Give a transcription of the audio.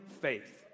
faith